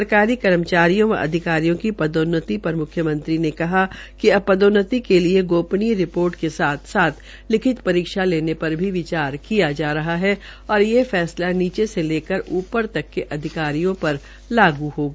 सरकारी कर्मचारियों व अधिकारियों भी पदोन्नति पर मुख्यमंत्र ने कहा कि अब पदोन्नति के लिए गोपनीय रिपोर्ट के साथ साथ लिखित परीक्षा लेने पर भी विचार किया जा रहा है और ये फैसला नीचे लेकर ऊपर तक के अधिकारियों पर लागू होगा